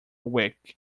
week